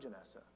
Janessa